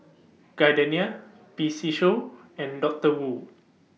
Gardenia P C Show and Doctor Wu